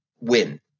win